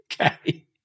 Okay